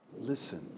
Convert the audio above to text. Listen